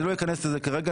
אני לא אכנס לזה כרגע.